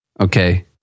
Okay